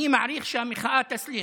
אני מעריך שהמחאה תסלים.